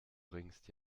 bringst